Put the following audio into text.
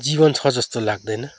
जीवन छ जस्तो लाग्दैन